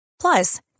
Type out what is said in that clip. Plus